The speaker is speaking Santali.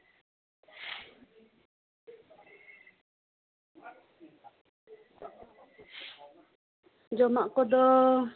ᱡᱚᱢᱟᱜ ᱠᱚᱫᱚ